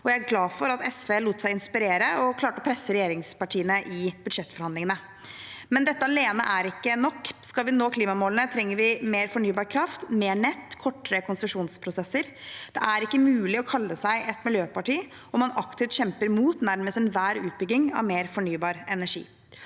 jeg er glad for at SV lot seg inspirere og klarte å presse regjeringspartiene i budsjettforhandlingene. Dette alene er likevel ikke nok. Skal vi nå klimamålene, trenger vi mer fornybar kraft, mer nett og kortere konsesjonsprosesser. Det er ikke mulig å kalle seg et miljøparti om man aktivt kjemper mot nærmest enhver utbygging av mer fornybar energi.